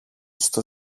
στο